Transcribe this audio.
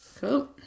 Cool